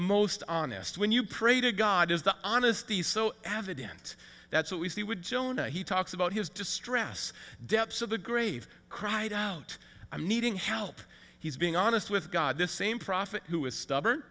most honest when you pray to god is the honesty so avid and that's what we see with jonah he talks about his distress depths of the grave cried out i'm needing help he's being honest with god this same prophet who is stubborn